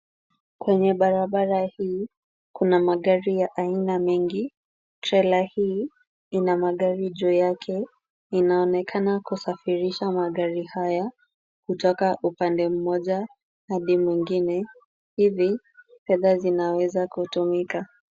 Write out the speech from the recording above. Kwenye barabara hii kuna magari ya aina mingi, trela hii ina magari juu yake. Inaonekana kusafirisha magari haya kutoka upande mmoja hadi mwingine, hivi fedha zinaweza kutumika.